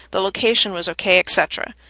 the location was ok, etc.